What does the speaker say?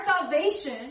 salvation